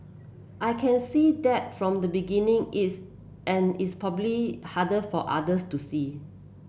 I can see that from the beginning it's and it's probably harder for others to see